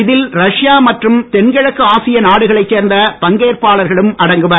இதில் ரஷ்யா மற்றும் தென்கிழக்கு ஆசிய நாடுகளைச் சேர்ந்த பங்கேற்பாளர்களும் அடங்குவர்